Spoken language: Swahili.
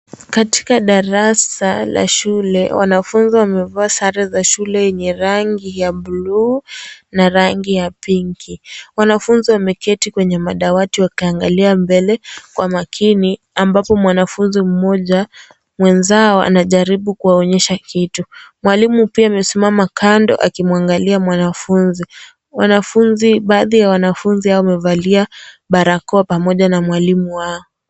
Katika darasa la shule, wanafunzi wamevaa sare za shule yenye rangi ya blue na rangi ya pinki, wanafunzi wameketi kwenye madawati wakiangalia mbele kwa makini ambapo mwanafunzi mmoja mwenzao anajaribu kuwaonyesha kitu, mwalimu pia amesimama kando akimwangalia mwanafunzi, wanafunzi, baadhi ya wanafunzi hawa wamevallia barakoa pamoja na mwalimu wao.